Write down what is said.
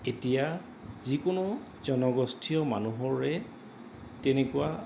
এতিয়া যিকোনো জনগোষ্ঠীয় মানুহৰে তেনেকুৱা